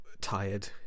tired